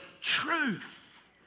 truth